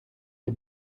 des